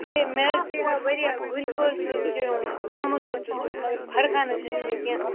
ہے مےٚ حظ چیٚیا واریاہ گُلکوٚز تہِ چیٚیوم زامُت دۄد تہِ چیٚوم مگر فَرقا حظ چھُم نہٕ کینٛہہ